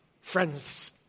friends